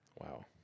Wow